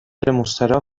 مستراح